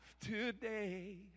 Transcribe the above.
today